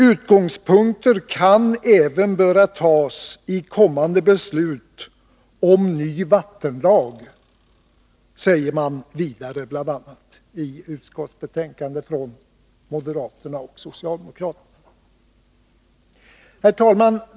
Utgångspunkter bör även kunna tas i kommande beslut om ny vattenlag, säger man bl.a. vidare. Herr talman!